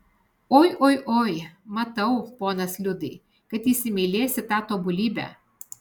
oi oi oi matau ponas liudai kad įsimylėsi tą tobulybę